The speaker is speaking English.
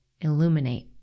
illuminate